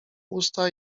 usta